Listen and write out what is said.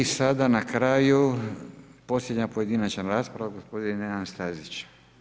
I sada na kraju, posljednja pojedinačna rasprava gospodin Nenad Stazić.